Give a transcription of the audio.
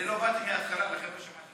אני לא באתי מההתחלה אז לא שמעתי.